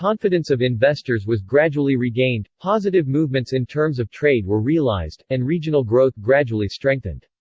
confidence of investors was gradually regained, positive movements in terms of trade were realized, and regional growth gradually strengthened.